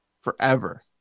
forever